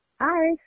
Hi